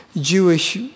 Jewish